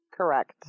Correct